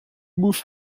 both